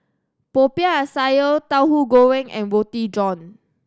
Popiah Sayur Tahu Goreng and Roti John